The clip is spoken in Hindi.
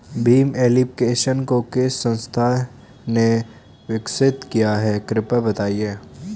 भीम एप्लिकेशन को किस संस्था ने विकसित किया है कृपया बताइए?